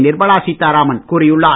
நிர்மலா சீத்தாராமன் கூறியுள்ளார்